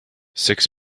six